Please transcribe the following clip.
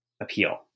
appeal